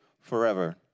forever